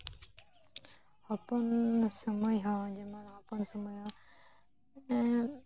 ᱦᱚᱯᱚᱱ ᱥᱚᱢᱚᱭ ᱦᱚᱸ ᱡᱮᱢᱚᱱ ᱦᱚᱯᱚᱱ ᱥᱚᱢᱚᱭ ᱦᱚᱸ